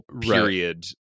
period